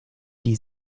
die